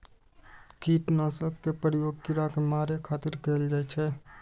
कीटनाशक के प्रयोग कीड़ा कें मारै खातिर कैल जाइ छै